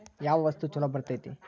ಯಾವ ವಸ್ತು ಛಲೋ ಬರ್ತೇತಿ?